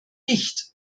nicht